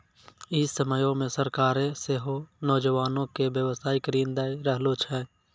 इ समयो मे सरकारें सेहो नौजवानो के व्यवसायिक ऋण दै रहलो छै